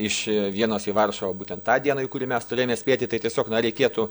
iš vienos į varšuvą būtent tą dieną į kurį mes turėjome spėti tai tiesiog na reikėtų